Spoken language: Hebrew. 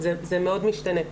זה מאוד משתנה,